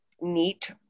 neat